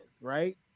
right